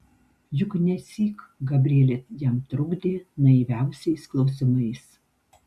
juk nesyk gabrielė jam trukdė naiviausiais klausimais